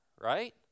right